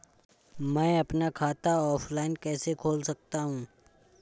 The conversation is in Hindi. मैं अपना खाता ऑफलाइन कैसे खोल सकता हूँ?